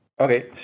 Okay